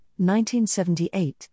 1978